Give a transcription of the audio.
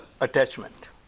attachment